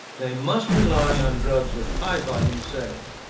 they must rely on drugs with high volume sales.